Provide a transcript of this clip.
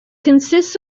consists